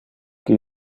qui